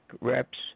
reps